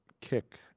Kick